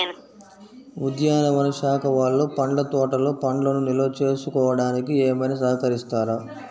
ఉద్యానవన శాఖ వాళ్ళు పండ్ల తోటలు పండ్లను నిల్వ చేసుకోవడానికి ఏమైనా సహకరిస్తారా?